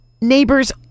neighbor's